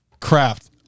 craft